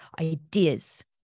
ideas